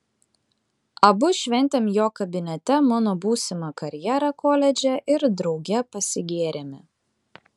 abu šventėm jo kabinete mano būsimą karjerą koledže ir drauge pasigėrėme